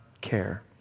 care